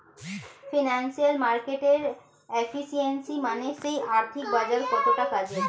financial মার্কেটের efficiency মানে সেই আর্থিক বাজার কতটা কাজের